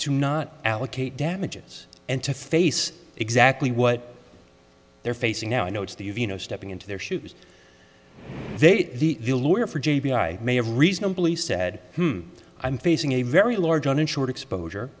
to not allocate damages and to face exactly what they're facing now i know it's the you know stepping into their shoes they the lawyer for g b i may have reasonably said i'm facing a very large uninsured exposure